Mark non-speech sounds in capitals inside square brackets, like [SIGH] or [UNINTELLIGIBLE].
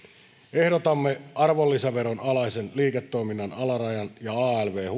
ehdotamme arvonlisäveron alaisen liiketoiminnan alarajan ja alv [UNINTELLIGIBLE]